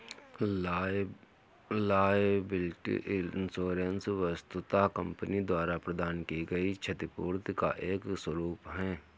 liability insurance वस्तुतः company द्वारा प्रदान की गई क्षतिपूर्ति का एक स्वरूप है